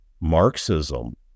Marxism